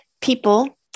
people